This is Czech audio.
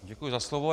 Děkuji za slovo.